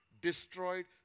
destroyed